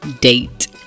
date